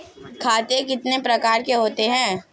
खाते कितने प्रकार के होते हैं?